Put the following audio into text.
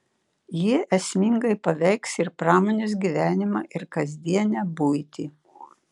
jie esmingai paveiks ir pramonės gyvenimą ir kasdienę buitį